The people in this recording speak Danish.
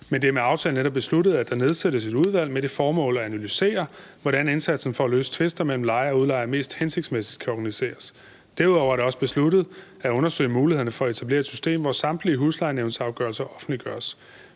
men det er med aftalen netop besluttet, at der nedsættes et udvalg med det formål at analysere, hvordan indsatsen for at løse tvister mellem lejere og udlejere mest hensigtsmæssigt kan organiseres. Derudover er det også besluttet at undersøge mulighederne for at etablere et system, hvor samtlige huslejenævnsafgørelser offentliggøres.